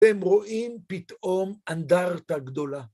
‫הם רואים פתאום אנדרטה גדולה.